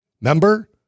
Remember